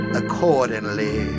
accordingly